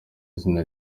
izina